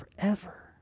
forever